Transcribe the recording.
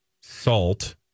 salt